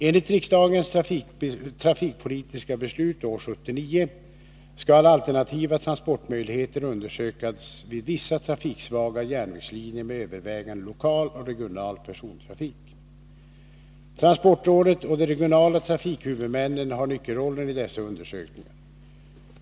Enligt riksdagens trafikpolitiska beslut år 1979 skall alternativa transportmöjligheter undersökas vid vissa trafiksvaga järnvägslinjer med övervägande lokal och regional persontrafik. Transportrådet och de regionala trafikhuvudmännen har nyckelrollen i dessa undersökningar.